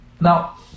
Now